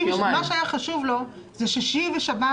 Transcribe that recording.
לא היה אכפת לו אם זה שישי ושבת.